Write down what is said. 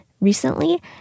recently